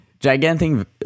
Gigantic